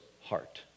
heart